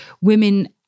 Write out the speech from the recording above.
women